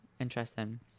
interesting